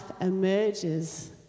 emerges